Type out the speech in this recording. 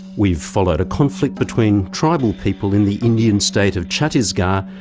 we've followed a conflict between tribal people in the indian state of chhattisgarh,